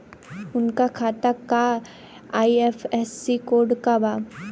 उनका खाता का आई.एफ.एस.सी कोड का बा?